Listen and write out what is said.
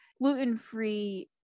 gluten-free